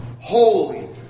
Holy